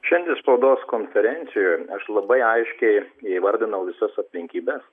šiandien spaudos konferencijoje aš labai aiškiai įvardinau visas aplinkybes